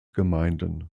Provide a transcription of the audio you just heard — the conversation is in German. gemeinden